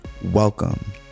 Welcome